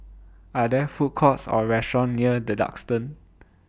Are There Food Courts Or restaurants near The Duxton